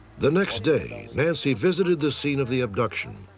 the next day, nancy visited the scene of the abduction,